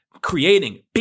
creating